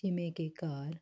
ਜਿਵੇਂ ਕਿ ਕਾਰ